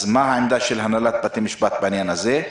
מה העמדה של הנהלת בתי המשפט בעניין הזה?